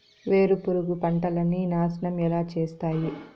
వేరుపురుగు పంటలని నాశనం ఎలా చేస్తాయి?